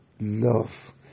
love